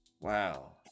Wow